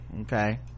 Okay